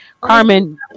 Carmen